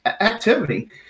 activity